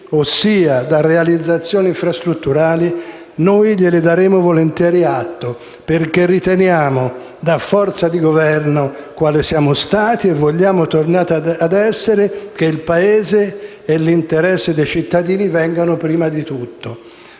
ossia da realizzazioni infrastrutturali, noi gliene daremo volentieri atto perché riteniamo, da forza di Governo quale siamo stati e vogliamo tornare ad essere, che il Paese e l'interesse dei cittadini vengano prima di tutto.